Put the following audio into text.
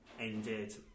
ended